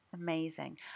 Amazing